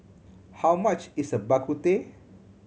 how much is Bak Kut Teh